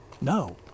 No